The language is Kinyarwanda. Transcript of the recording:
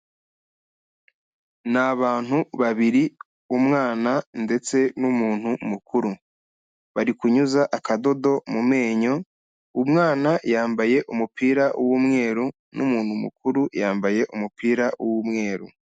Ni abantu babiri, umwana ndetse n'umuntu mukuru, bari kunyuza akadodo mu menyo, umwana yambaye umupira w'umweru n'umuntu mukuru yambaye umupira w'umweru.